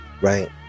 right